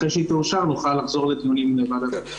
אחרי שהיא תאושר נוכל לחזור לדיונים בוועדת החוץ והביטחון.